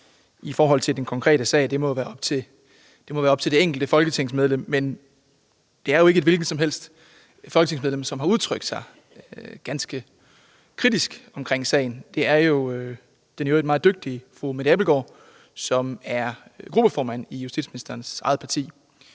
hvordan man udtrykker sig i den konkrete sag. Men det er jo ikke et hvilket som helst folketingsmedlem, som har udtrykt sig ganske kritisk om sagen. Det er den i øvrigt meget dygtige fru Mette Abildgaard, som er gruppeformand i justitsministerens eget parti.